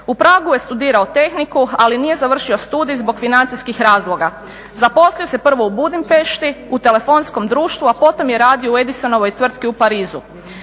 U Pragu je studirao tehniku, ali nije završio studij zbog financijskih razloga. Zaposlio se prvo u Budimpešti u telefonskom društvu, a potom je radio u Edisonovoj tvrtki u Parizu.